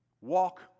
Walk